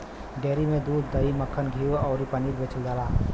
dairy में दूध, दही, मक्खन, घीव अउरी पनीर बेचल जाला